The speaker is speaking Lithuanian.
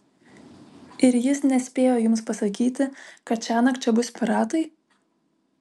ir jis nespėjo jums pasakyti kad šiąnakt čia bus piratai